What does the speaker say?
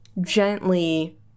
gently